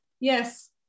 Yes